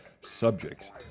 subjects